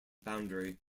boundary